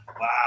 Wow